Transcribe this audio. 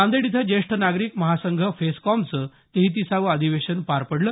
नांदेड इथं ज्येष्ठ नागरिक महासंघ फेस्कॉमचं तेहतिसावं अधिवेशन पार पडलं